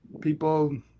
people